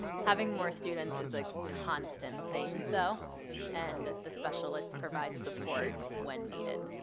having more students is a constant thing though and the specialists provide support when needed.